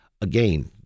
Again